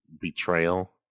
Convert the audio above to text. betrayal